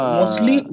mostly